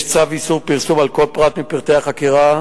יש צו איסור פרסום על כל פרט מפרטי החקירה,